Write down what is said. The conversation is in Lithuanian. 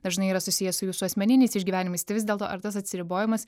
dažnai yra susiję su jūsų asmeniniais išgyvenimais tai vis dėlto ar tas atsiribojimas